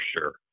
sure